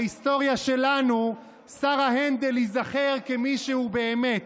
בהיסטוריה שלנו שר ההנדל ייזכר כמי שהוא באמת.